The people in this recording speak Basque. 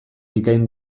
bikain